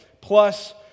plus